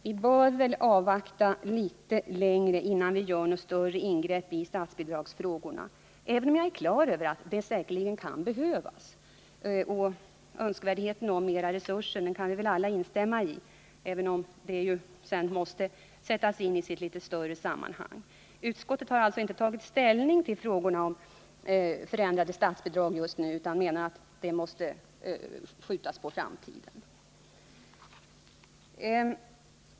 Vi bör avvakta ytterligare tid innan vi gör något större ingrepp när det gäller statsbidragsfrågorna, även om jag är på det klara med att det säkert kan behövas. Önskvärdheten av mera resurser kan väl alla instämma i, även om den frågan måste sättas in i ett litet större sammanhang. Utskottet har alltså nu inte tagit ställning till frågan om förändrade statsbidrag utan menar att den måste skjutas på framtiden.